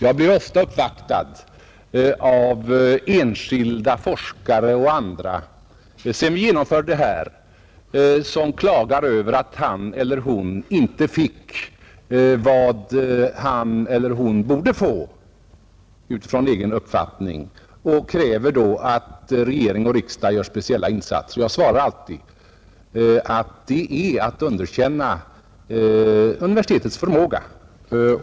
Jag blir ofta uppvaktad av enskilda forskare och andra, sedan vi genomförde detta, som klagar över att han eller hon inte fått vad han eller hon enligt egen uppfattning borde få, och de kräver att regering och riksdag skall göra speciella insatser. Jag svarar alltid att det är att underkänna universitetets förmåga.